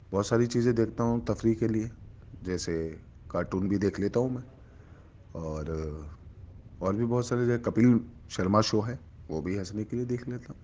بہت ساری چیزیں دیکھتا ہوں تفریح کے لیے جیسے کارٹون بھی دیکھ لیتا ہوں میں اور اور بھی بہت ساری چیزیں کپیل شرما شو ہے وہ بھی ہنسنے کے لیے دیکھ لیتا ہوں